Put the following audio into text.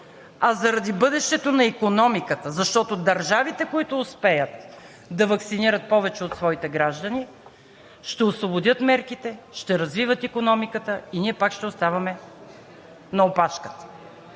а заради бъдещето на икономиката. Защото държавите, които успеят да ваксинират повече от своите граждани, ще освободят мерките, ще развиват икономиката си и ние пак ще оставаме на опашката.